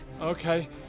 Okay